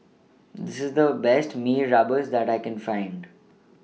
IS The Best Mee Rebus that I Can Find